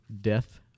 death